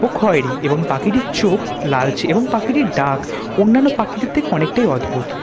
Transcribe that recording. ও খয়েরি এবং পাখিটির চোখ লালচে এবং পাখিটির ডাক অন্যান্য পাখিদের থেকে অনেকটাই অদ্ভূত